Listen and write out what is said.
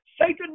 Satan